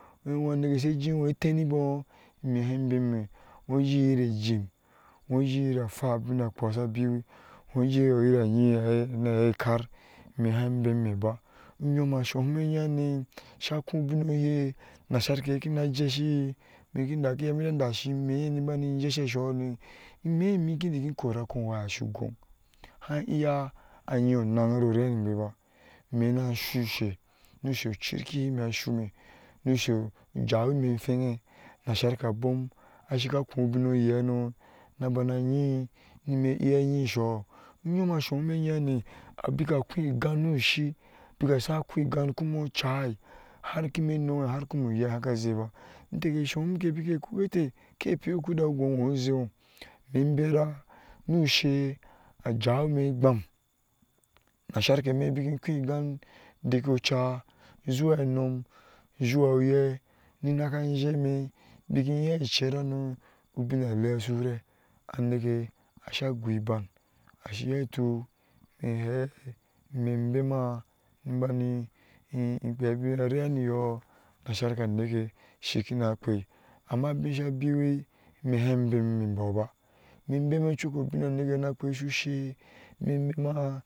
enɔ aneke she jii ŋo etembɔɔ ime haai bemime baa ŋo jɛɛ oyire gim ŋo jɛe yira a nyii ni ahɛɛi ekaar ime haai bemime ba unyom ashohum eyehane asha kuh ubiŋ oye nashar keye shana jeshi me ki heti anda ishi ime ni bani ejesha ishohono, imemi kin daki koraa a khoh owaya shu ugoŋ haai iya a nyii onaŋ ro rɛɛ ni nwɛ baa, me na shuu ushe. nu ushe a cirhihi ime a shune nu ushe ujaw, ime ahwenge, nashar ka abom ashika khoh ubin oye hano na bana nyii ime iya anyii ishoho unyom ashohum eyehane a bika khoh igan nu ushii bika shaa akoi igan mumo ocai har kime enomŋe har kume uyei haka zei ba inte keshohum ke bike kuk eteh ke piu kuda u gɔɔ uzaŋo ime bera nu suhe, a jawi ime igbam nashar keme biki inkhoh igan dege oca zuwa enom zuwa uyeh ni knaka azeme biki iya icer hano ubiŋ aleea shu rɛɛ, aneke asha gui ibaŋ asho iyo ituke me hee ime imbema ni bani in kpea abiŋ rareniyo nashan ka neke din kina kpei, ama abiŋ sha biwo, ime haa bemime mbo baa, ime imbema coko obiŋ oneke na kpei shu shɛɛ ime bema.